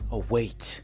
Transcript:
await